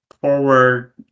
forward